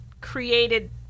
created